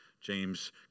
James